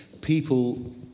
people